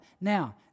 Now